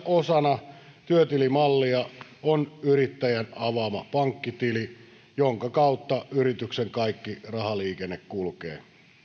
osana työtilimallia on yrittäjän avaama pankkitili jonka kautta yrityksen kaikki rahaliikenne kulkee